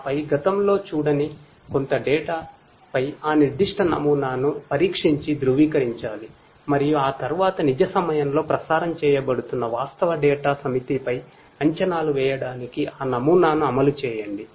మీరు ఒక నమూనాకు శిక్షణ ఇవ్వాలి ఆపై గతంలో చూడని కొంత డేటా సమితిపై అంచనాలు వేయడానికి ఆ నమూనాను అమలు చేయండి